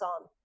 on